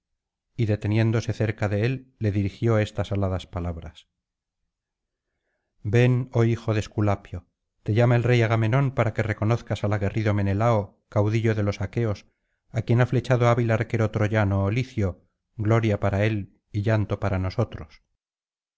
y deteniéndose cerca de él le dirigió estas aladas palabras ven hijo de esculapio te llama el rey agamenón para que reconozcas al aguerrido menelao caudillo de los aqueos á quien ha flechado hábil arquero troyano ó licio gloria para él y llanto para nosotros